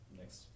next